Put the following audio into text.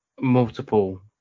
multiple